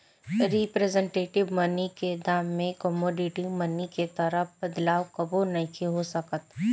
representative money के दाम में कमोडिटी मनी के तरह बदलाव कबो नइखे हो सकत